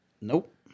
Nope